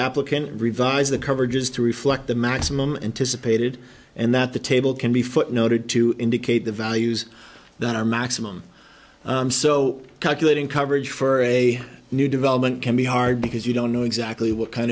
applicant revise the coverages to reflect the maximum anticipated and that the table can be footnoted to indicate the values that are maximum so calculating coverage for a new development can be hard because you don't know exactly what kind